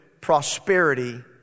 prosperity